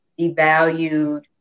devalued